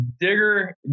Digger